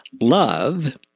love